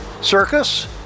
circus